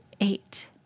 Eight